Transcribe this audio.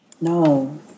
No